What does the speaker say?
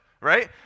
right